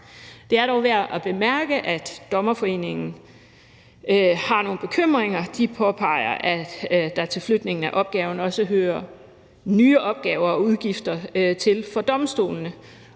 Det er dog værd at bemærke, at Dommerforeningen har nogle bekymringer. Den påpeger, at der til flytningen af opgaverne også hører nye opgaver og udgifter for domstolene,